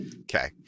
Okay